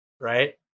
right